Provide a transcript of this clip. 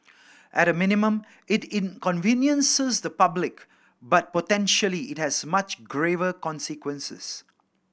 at a minimum it inconveniences the public but potentially it has much graver consequences